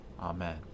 Amen